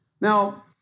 Now